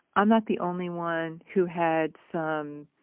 i'm not the only one who had some,